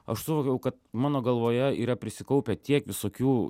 aš suvokiau kad mano galvoje yra prisikaupę tiek visokių